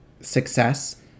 success